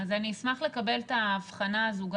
אני אשמח לקבל את האבחנה הזו,